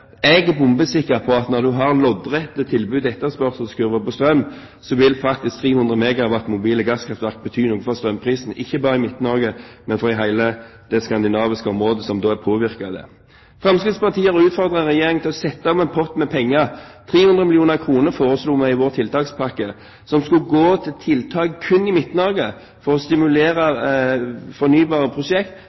Jeg er bombesikker på at når en har loddrette tilbuds- og etterspørselskurver for strøm, vil 300 MW fra mobile gasskraftverk bety noe for strømprisen, ikke bare i Midt-Norge, men i hele det skandinaviske området som er påvirket av dette. Fremskrittspartiet har utfordret Regjeringen til å sette av en pott med penger. 300 mill. kr foreslo vi i vår tiltakspakke skulle gå til tiltak kun i Midt-Norge, for å stimulere til fornybare